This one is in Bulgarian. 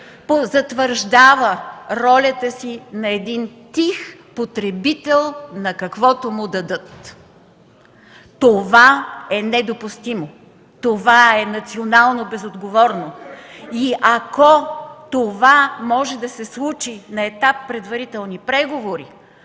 затвърждава ролята си на един тих потребител на каквото му дадат. Това е недопустимо! Това е национално безотговорно! И ако това може да се случи на етап предварителни преговори,